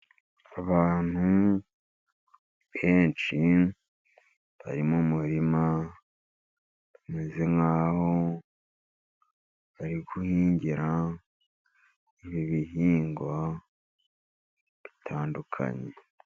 Abantu benshi bari mu murima, bameze nkaho bari guhingira ibihingwa bitandukanye.